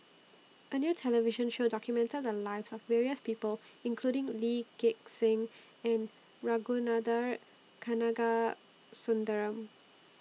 A New television Show documented The Lives of various People including Lee Gek Seng and Ragunathar Kanagasuntheram